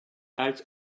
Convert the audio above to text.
out